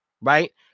right